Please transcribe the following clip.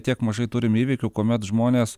tiek mažai turim įvykių kuomet žmonės